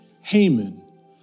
Haman